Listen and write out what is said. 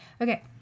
Okay